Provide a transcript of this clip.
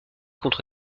contre